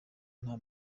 nta